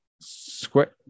Square